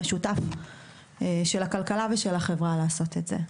משותף של הכלכלה ושל החברה לעשות את זה.